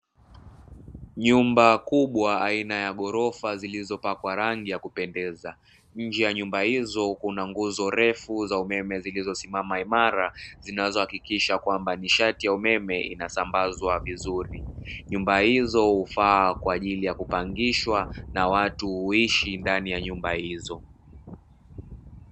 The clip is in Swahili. Nyumba kubwa aina ya gorofa zilizopakwa rangi ya kupendeza, nje ya nyumba izo kuna nguzo refu za umeme zilizosimama imara zinazo akikisha nishati ya umeme inasambazwa vizuri, nyumba izo hufaa kwa kupangishwa na watu huishi ndani ya nyumba izo.